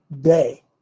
day